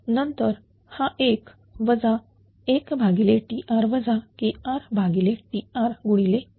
नंतर हा एक 1Tr KrTr गुणिले 3